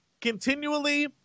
continually